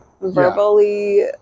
verbally